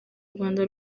rwanda